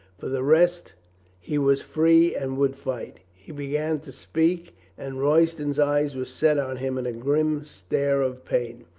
for the rest he was free and would fight. he began to speak and royston's eyes were set on him in a grim stare of pain.